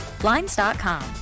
Blinds.com